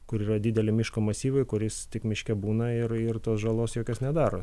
kur yra dideli miško masyvai kuris jis tik miške būna ir ir tos žalos jokios nedaro